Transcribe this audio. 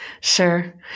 Sure